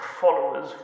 followers